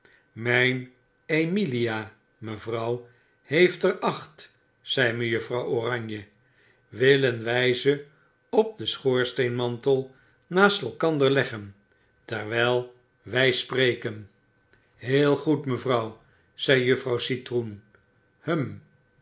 mijn emilia mevrouw heeft er acht zei mejuffrouw oranje willen wfl ze op den schoorsteenmantel naast elkander leggen terwjjl wj spreken heel goed mevrouw zei juffrouw citroen hum